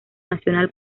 nacional